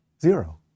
Zero